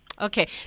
Okay